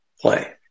play